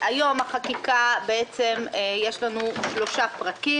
היום יש לנו שלושה פרקים בחקיקה.